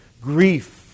grief